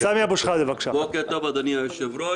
בוקר טוב, אדוני היושב-ראש.